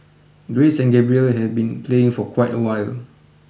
Grace and Gabriel have been playing for quite awhile